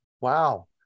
Wow